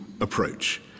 approach